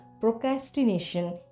procrastination